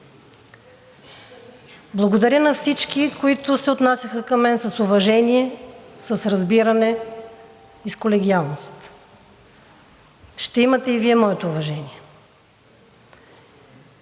Благодаря на всички, които се отнасяха към мен с уважение, с разбиране и с колегиалност. Ще имате и Вие моето уважение.